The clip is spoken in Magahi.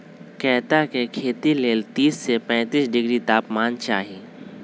कैता के खेती लेल तीस से पैतिस डिग्री तापमान चाहि